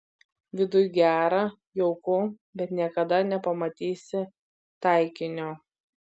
viduj gera jauku bet niekada nepamatysi taikinio